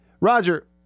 Roger